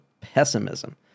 pessimism